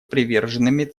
приверженными